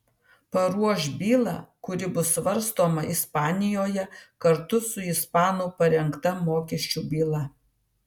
paruoš bylą kuri bus svarstoma ispanijoje kartu su ispanų parengta mokesčių byla